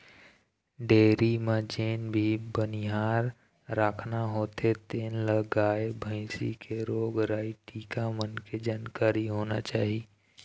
dairy म जेन भी बनिहार राखना होथे तेन ल गाय, भइसी के रोग राई, टीका मन के जानकारी होना चाही